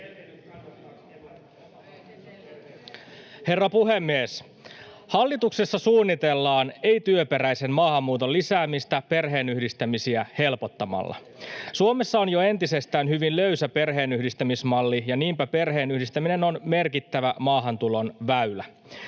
Herra puhemies! Hallituksessa suunnitellaan ei-työperäisen maahanmuuton lisäämistä perheenyhdistämisiä helpottamalla. Suomessa on jo entisestään hyvin löysä perheenyhdistämismalli, ja niinpä perheenyhdistäminen on merkittävä maahantulon väylä.